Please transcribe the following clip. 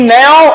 now